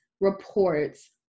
reports